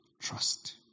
trust